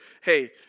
hey